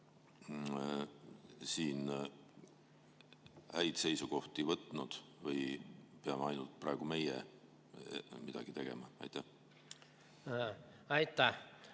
siin häid seisukohti võtnud või peame ainult meie praegu midagi tegema? Aitäh!